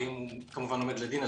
ואם הוא כמובן עומד לדין,